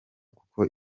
kuko